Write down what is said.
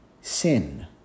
sin